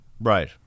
Right